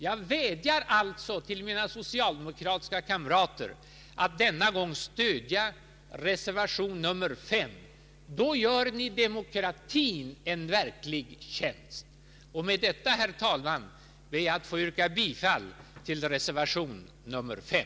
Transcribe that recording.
Jag vädjar alltså till mina socialdemokratiska kamrater att denna gång stödja reservation nr 5. Då gör ni demokratin en verklig tjänst. Med detta, herr talman, ber jag att få yrka bifall till reservation nr 5.